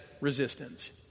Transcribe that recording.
resistance